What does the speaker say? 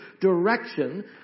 direction